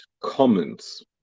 comments